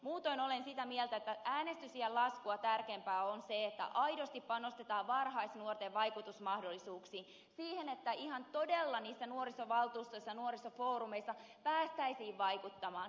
muutoin olen sitä mieltä että äänestysiän laskua tärkeämpää on se että aidosti panostetaan varhaisnuorten vaikutusmahdollisuuksiin siihen että ihan todella niissä nuorisovaltuustoissa ja nuorisofoorumeissa päästäisiin vaikuttamaan